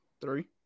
Three